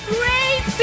Great